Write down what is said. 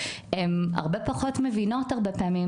הן הרבה פחות מבינות הרבה פעמים,